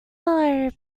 are